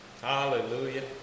Hallelujah